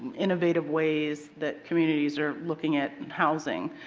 innovative ways that communities are looking at housing.